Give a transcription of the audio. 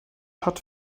hat